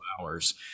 hours